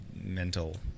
mental